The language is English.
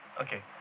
Okay